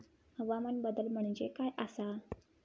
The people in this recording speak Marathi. हवामान बदल म्हणजे काय आसा?